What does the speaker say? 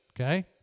Okay